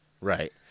Right